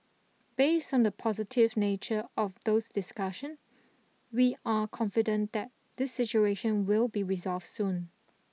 based on the positive nature of those discussion we are confident that this situation will be resolved soon